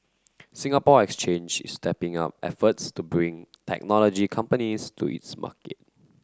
Singapore Exchange is stepping up efforts to bring technology companies to its market